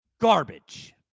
Garbage